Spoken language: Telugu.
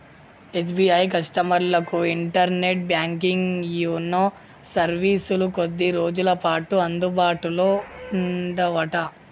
ఎస్.బి.ఐ కస్టమర్లకు ఇంటర్నెట్ బ్యాంకింగ్ యూనో సర్వీసులు కొద్ది రోజులపాటు అందుబాటులో ఉండవట